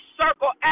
circle